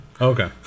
Okay